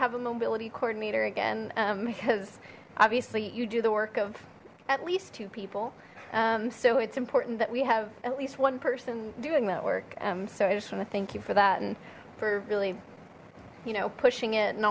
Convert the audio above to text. have a mobility coordinator again because obviously you do the work of at least two people so it's important that we have at least one person doing that work and so i just want to thank you for that and for really you know pushing it and